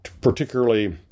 particularly